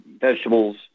vegetables